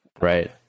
Right